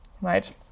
right